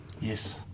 Yes